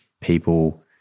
people